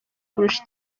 kurusha